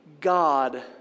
God